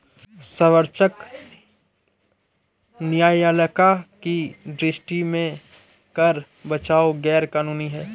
सर्वोच्च न्यायालय की दृष्टि में कर बचाव गैर कानूनी है